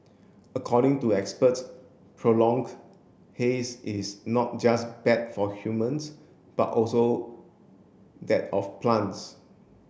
according to experts prolong haze is not just bad for humans but also that of plants